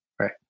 right